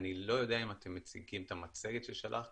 אני לא יודע אם אתם מציגים את המצגת ששלחתי,